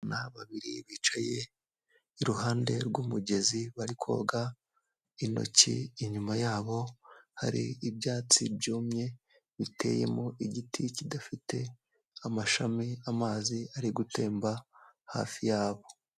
Abana babiri bicaye iruhande rw'umugezi bari koga intoki; inyuma yabo hari ibyatsi byumye biteyemo igiti kidafite amashami; amazi ari gutemba hafi yabo.